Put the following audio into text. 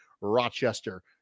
rochester